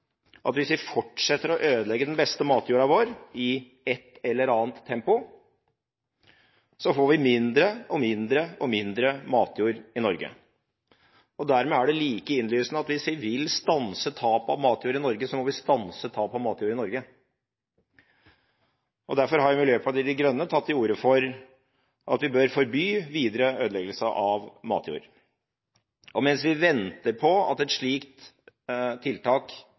at hvis vi fortsetter å ødelegge den beste matjorda vår i et eller annet tempo, så får vi mindre og mindre og mindre matjord i Norge. Dermed er det like innlysende at hvis vi vil stanse tap av matjord i Norge, så må vi stanse tap av matjord i Norge. Derfor har Miljøpartiet De Grønne tatt til orde for at vi bør forby videre ødeleggelse av matjord. Mens vi venter på at et slikt tiltak